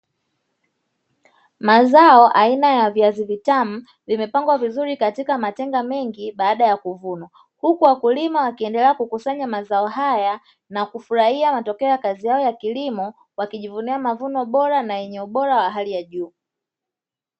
Mazao aina ya viazi vitamu vimepangwa vizuri katika matenga mengi baada ya kuvunwa. Huku wakulima wakiendelea kukusanya mazao haya na kufurahia matokeo ya kazi yao ya kilimo, wakijivunia mavuno bora na yenye ubora wa hali ya juu.